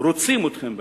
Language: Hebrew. רוצים אתכם באזור,